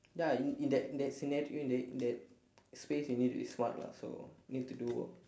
ya in that in that scenario in that in that space you need to be smart lah so need to do